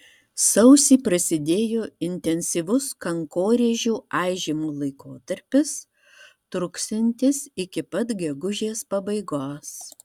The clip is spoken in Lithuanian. sausį prasidėjo intensyvus kankorėžių aižymo laikotarpis truksiantis iki pat gegužės pabaigos